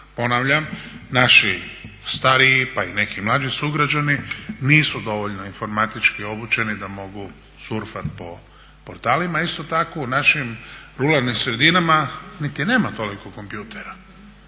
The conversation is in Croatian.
Ponavljam, naši stariji pa i neki mlađi sugrađani nisu dovoljno informatički obučeni da mogu surfat po portalima. Isto tako u našim ruralnim sredinama niti nema toliko kompjutera.